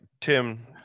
Tim